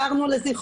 אלה שאין להם